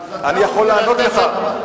אני יכול לענות לך.